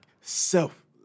self